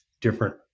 different